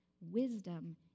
Wisdom